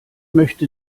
möchte